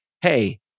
hey